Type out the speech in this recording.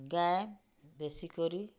ଗାଏ ବେଶୀ କରି